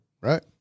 Right